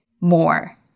more